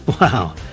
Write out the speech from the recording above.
Wow